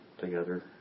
together